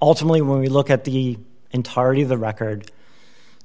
ultimately when we look at the entirety of the record